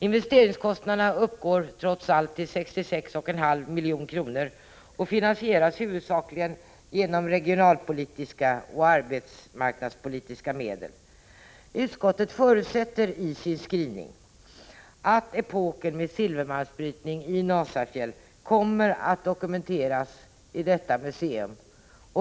Investeringskostnaderna uppgår till hela 66,5 milj.kr. och finansieras huvudsakligen med regionalpolitiska och arbetsmarknadspolitiska medel. Utskottet förutsätter i sin skrivning att epoken med silvermalmsbrytning i Nasafjäll kommer att dokumenteras i detta museum.